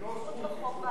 היא לא זכות, היא חובה.